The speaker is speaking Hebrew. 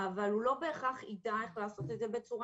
אבל הוא לא בהכרח יידע איך לעשות את זה בצורה